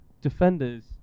Defenders